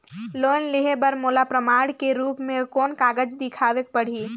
Loan लेहे बर मोला प्रमाण के रूप में कोन कागज दिखावेक पड़ही?